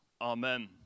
Amen